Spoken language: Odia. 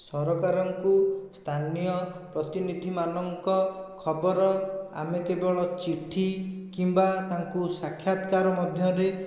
ସରକାରଙ୍କୁ ସ୍ଥାନୀୟ ପ୍ରତିନିଧିମାନଙ୍କ ଖବର ଆମେ କେବଳ ଚିଠି କିମ୍ବା ତାଙ୍କୁ ସାକ୍ଷାତକାର ମଧ୍ୟରେ